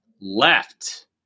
left